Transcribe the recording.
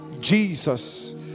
Jesus